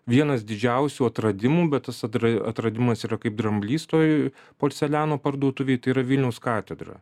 vienas didžiausių atradimų bet tas atra atradimas yra kaip dramblys toj porceliano parduotuvėj tai yra vilniaus katedra